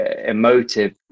emotive